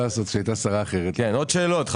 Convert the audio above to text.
חברים, יש עוד שאלות.